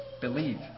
believe